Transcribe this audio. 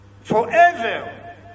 Forever